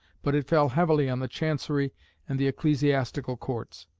but it fell heavily on the chancery and the ecclesiastical courts.